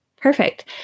Perfect